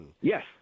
Yes